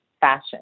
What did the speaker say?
fashion